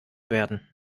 werden